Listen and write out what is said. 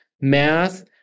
math